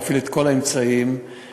להפעיל את כל האמצעים הנדרשים.